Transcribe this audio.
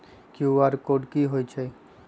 QR code कि हई छई?